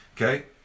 Okay